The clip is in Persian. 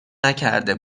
نکرده